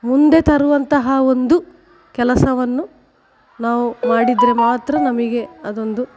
ಮುಂದೆ ತರುವಂತಹ ಒಂದು ಕೆಲಸವನ್ನು ನಾವು ಮಾಡಿದರೆ ಮಾತ್ರ ನಮಗೆ ಅದೊಂದು